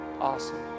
Awesome